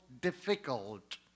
difficult